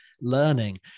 learning